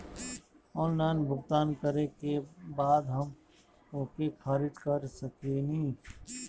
Online भुगतान करे के बाद हम ओके खारिज कर सकेनि?